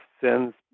sends